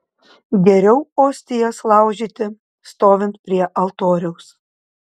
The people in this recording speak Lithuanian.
geriau ostijas laužyti stovint prie altoriaus